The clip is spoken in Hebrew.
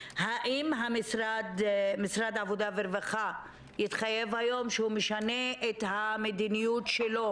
האם משרד העבודה והרווחה התחייב היום שהוא משנה את המדיניות שלו,